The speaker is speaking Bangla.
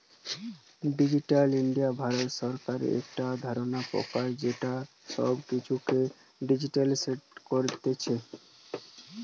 ডিজিটাল ইন্ডিয়া ভারত সরকারের একটা ধরণের প্রকল্প যেটা সব কিছুকে ডিজিটালিসড কোরছে